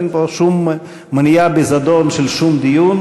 אין פה שום מניעה בזדון של שום דיון,